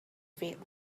feet